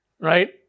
Right